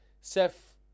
Seth